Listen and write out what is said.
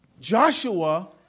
Joshua